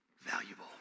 valuable